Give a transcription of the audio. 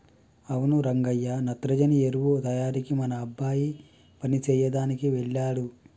అవును రంగయ్య నత్రజని ఎరువు తయారీకి మన అబ్బాయి పని సెయ్యదనికి వెళ్ళాడు